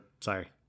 sorry